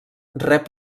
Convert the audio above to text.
rep